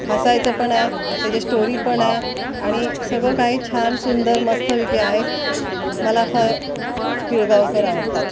हसायचं पण आहे त्याच्यात स्टोरी पण आहे आणि सगळं काय छान सुंदर मस्तपैकी आहे मला फार पिळगावकर आवडतात